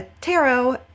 tarot